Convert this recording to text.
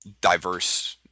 diverse